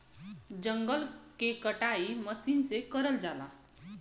जंगल के कटाई मसीन से करल जाला